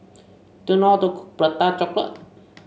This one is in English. do you know how to cook Prata Chocolate